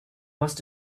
must